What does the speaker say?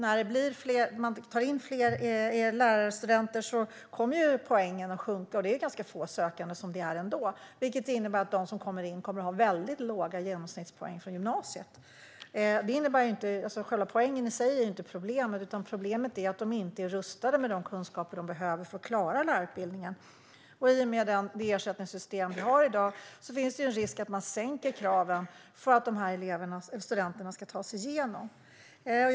När man tar in fler lärarstudenter kommer poängen att sjunka, och det är ganska få sökande redan som det är. Det innebär att de som kommer in kommer att ha väldigt låga genomsnittspoäng från gymnasiet. Poängen i sig är inte problemet, utan problemet är att de inte är rustade med de kunskaper de behöver för att klara lärarutbildningen. I och med det ersättningssystem vi har i dag finns en risk för att man sänker kraven för att de här studenterna ska ta sig igenom utbildningen.